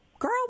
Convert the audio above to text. Girl